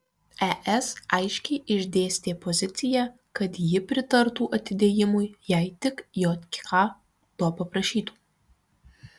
es aiškiai išdėstė poziciją kad ji pritartų atidėjimui jei tik jk to paprašytų